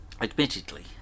Admittedly